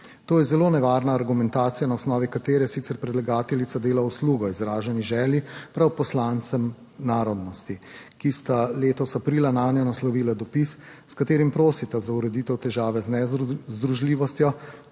To je zelo nevarna argumentacija, na osnovi katere sicer predlagateljica dela uslugo izraženi želji prav poslancem narodnosti, ki sta letos aprila nanjo naslovila dopis, s katerim prosita za ureditev težave z nezdružljivostjo,